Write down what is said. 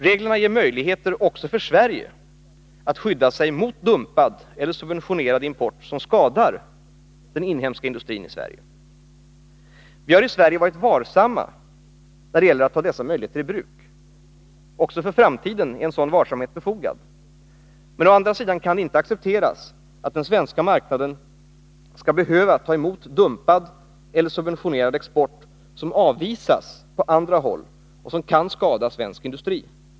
Reglerna ger möjligheter också för Sverige att skydda sig mot dumpad eller subventionerad import som skadar den inhemska industrin. Vi har i Sverige varit varsamma när det gäller att ta dessa möjligheter i bruk. Också för framtiden är en sådan varsamhet befogad, men å andra sidan kan det inte accepteras att den svenska marknaden skall behöva ta emot dumpad eller subventionerad export som avvisas på andra håll och som kan skada svensk industri.